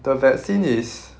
the vaccine is